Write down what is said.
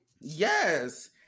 Yes